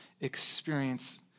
experience